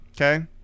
Okay